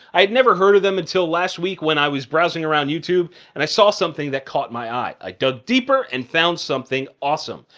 i had never heard of them until last week when i was browsing around youtube and i saw something that caught my eye. i dug deeper and found something awesome.